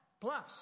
plus